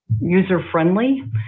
user-friendly